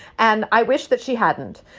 and i wish that she hadn't.